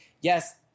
yes